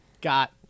got